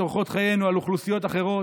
את אורחות חיינו על אוכלוסיות אחרות.